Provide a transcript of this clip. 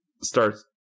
starts